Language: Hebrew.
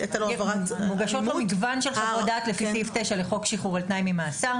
מוגשות מגוון של חוות דעת לפי סעיף 9 לחוק שחרור על תנאי ממאסר.